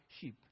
sheep